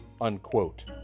unquote